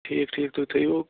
ٹھیٖک ٹھیٖک تُہۍ تھٲیِو